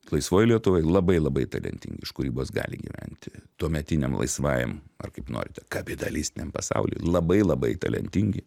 laisvoj lietuvoj labai labai talentingi iš kūrybos gali gyventi tuometiniam laisvajam ar kaip norite kapitalistiniam pasauly labai labai talentingi